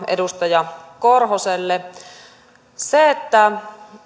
edustaja korhoselle se että